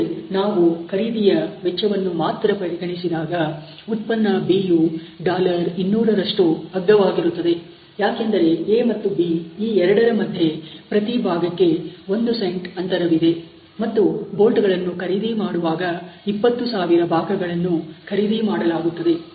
ಆದರೆ ನಾವು ಖರೀದಿಯ ವೆಚ್ಚವನ್ನು ಮಾತ್ರ ಪರಿಗಣಿಸಿದಾಗ ಉತ್ಪನ್ನ B ಯು 200 ರಷ್ಟು ಅಗ್ಗವಾಗಿರುತ್ತದೆ ಯಾಕೆಂದರೆ A ಮತ್ತು B ಈ ಎರಡರ ಮಧ್ಯ ಪ್ರತಿ ಭಾಗಕ್ಕೆ ಒಂದು ಸೆಂಟ್ ಅಂತರವಿದೆ ಮತ್ತು ಬೋಲ್ಟ್' ಗಳನ್ನು ಖರೀದಿ ಮಾಡುವಾಗ 20000 ಭಾಗಗಳನ್ನು ಖರೀದಿ ಮಾಡಲಾಗುತ್ತದೆ